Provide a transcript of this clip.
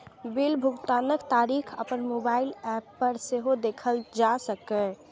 bill भुगतानक तारीख अपन मोबाइल एप पर सेहो देखल जा सकैए